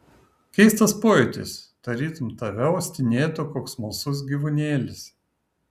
keistas pojūtis tarytum tave uostinėtų koks smalsus gyvūnėlis